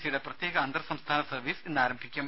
സിയുടെ പ്രത്യേക അന്തർസംസ്ഥാന സർവീസ് ഇന്ന് ആരംഭിക്കും